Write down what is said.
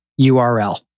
URL